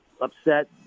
upset